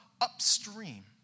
upstream